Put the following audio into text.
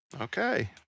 Okay